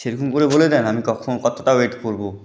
সে রকম করে বলে দিন আমি কতটা ওয়েট করব